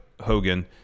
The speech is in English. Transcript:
Hogan